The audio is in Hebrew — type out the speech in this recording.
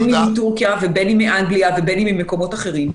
מטורקיה או מאנגליה או ממקומות אחרים.